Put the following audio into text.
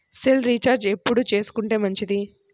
Cell recharge ఎప్పుడు చేసుకొంటే మంచిది?